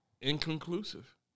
inconclusive